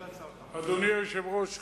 היושב-ראש,